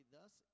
Thus